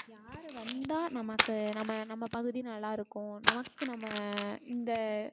யார் வந்தால் நமக்கு நம்ம நம்ம பகுதி நல்லாயிருக்கும் நமக்கு நம்ம இந்த